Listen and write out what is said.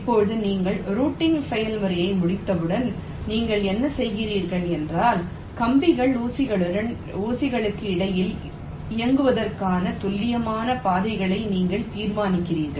இப்போது நீங்கள் ரூட்டிங் செயல்முறையை முடித்தவுடன் நீங்கள் என்ன செய்கிறீர்கள் என்றால் கம்பிகள் ஊசிகளுக்கு இடையில் இயங்குவதற்கான துல்லியமான பாதைகளை நீங்கள் தீர்மானிக்கிறீர்கள்